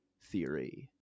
theory